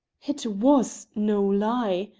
it was no lie.